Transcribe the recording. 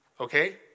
okay